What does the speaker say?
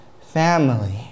family